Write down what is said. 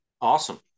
Awesome